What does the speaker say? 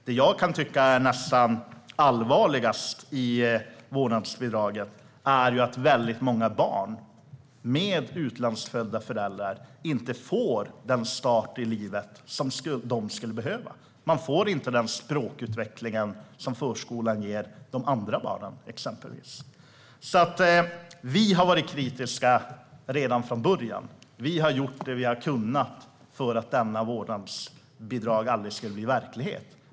Det jag nästan kan tycka är allvarligast med vårdnadsbidraget är att väldigt många barn med utlandsfödda föräldrar inte får den start i livet som de skulle behöva. De får exempelvis inte den språkutveckling som förskolan ger de andra barnen. Vi har varit kritiska redan från början. Vi gjorde det vi kunde för att försöka se till att vårdnadsbidraget aldrig skulle bli verklighet.